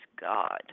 God